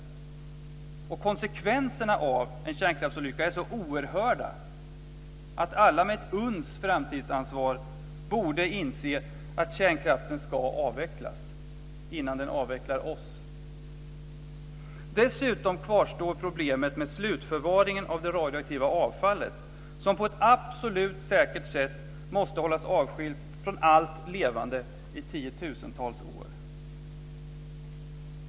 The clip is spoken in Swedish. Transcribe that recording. Och konsekvenserna av en kärnkraftsolycka är så oerhörda att alla med ett uns framtidsansvar borde inse att kärnkraften ska avvecklas innan den avvecklar oss. Dessutom kvarstår problemet med slutförvaringen av det radioaktiva avfallet som på ett absolut säkert sätt måste hållas avskilt från allt levande i tiotusentals år.